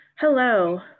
Hello